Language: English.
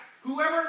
whoever